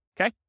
okay